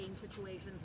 situations